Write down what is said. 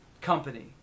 company